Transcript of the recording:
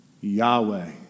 Yahweh